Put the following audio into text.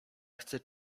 chcę